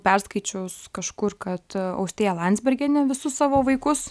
perskaičiau kažkur kad austėja landsbergienė visus savo vaikus